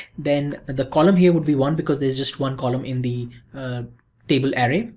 then the column here would be one because there's just one column in the table area,